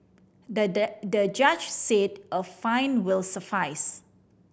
the the judge said a fine will suffice